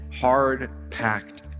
hard-packed